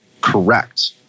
correct